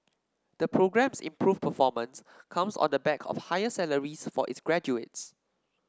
the programme's improved performance comes on the back of higher salaries for its graduates